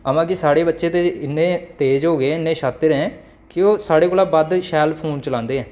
अ'वा ते साढ़े बच्चे ते इ'न्ने तेज होई गे ऐं इ'न्ने शातिर ऐं कि ओह् साढ़े कोलां बद्ध शैल फोन चलांदे ऐं